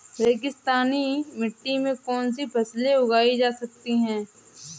रेगिस्तानी मिट्टी में कौनसी फसलें उगाई जा सकती हैं?